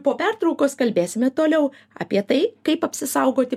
po pertraukos kalbėsime toliau apie tai kaip apsisaugoti